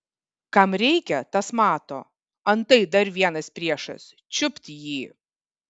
kam reikia tas mato antai dar vienas priešas čiupt jį